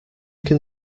can